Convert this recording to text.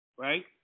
Right